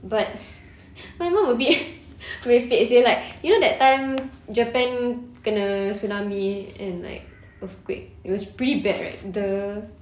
but my mum a bit merepek seh like you know that time japan kena tsunami and like earthquake it was pretty bad right the